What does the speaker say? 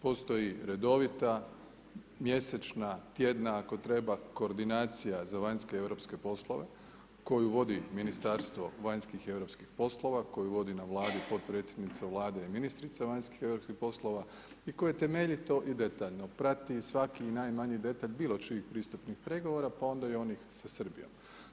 Postoji redovita, mjesečna, tjedna, ako treba koordinacija za vanjske i europske poslove koju vodi Ministarstvo vanjskih i europskih poslova, koju vodi na Vladi potpredsjednica Vlade i ministrica vanjskih i europskih poslova i koje temeljito i detaljno prati svaki i najmanji detalj bilo čijih pristupnih pregovora, pa onda i onih sa Srbijom.